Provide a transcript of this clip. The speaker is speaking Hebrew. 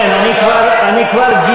כן, אני כבר גיליתי.